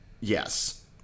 Yes